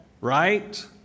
Right